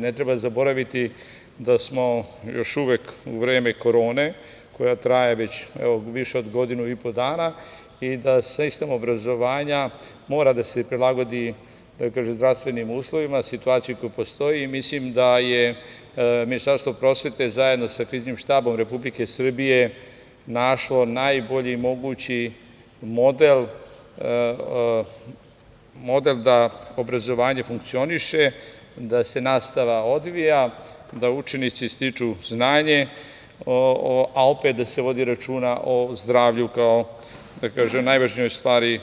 Ne treba zaboraviti da smo još uvek u vreme Korone, koja traje već, evo, više od godinu i po dana i da sistem obrazovanja mora da se prilagodi, da kažem, zdravstvenim uslovima, situaciji koja postoji i mislim da je Ministarstvo prosvete, zajedno sa Kriznim štabom Republike Srbije našlo najbolji mogući model da obrazovanje funkcioniše, da se nastava odvija, da učenici stiču znanje, a opet da se vodi računa o zdravlju kao najvažnijoj stvari